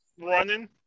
running